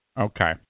Okay